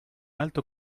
alto